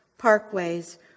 parkways